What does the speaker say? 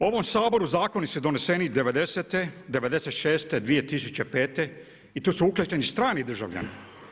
U ovom Saboru zakoni su doneseni '90.-te, '96., 2005. i tu su uključeni strani državljani.